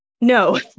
No